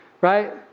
right